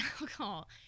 alcohol